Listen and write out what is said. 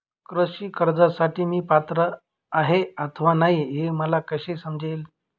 कृषी कर्जासाठी मी पात्र आहे अथवा नाही, हे मला कसे समजेल?